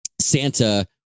santa